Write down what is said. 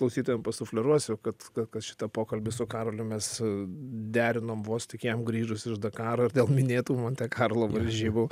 aš klausytojam pasufleruosiu kad kad šitą pokalbį su karoliu mes derinom vos tik jam grįžus iš dakaro ir dėl minėtų monte karlo varžybų